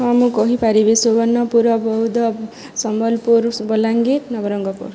ହଁ ମୁଁ କହିପାରିବି ସୁବର୍ଣ୍ଣପୁର ବୌଦ୍ଧ ସମ୍ବଲପୁର ବଲାଙ୍ଗୀର ନବରଙ୍ଗପୁର